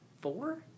four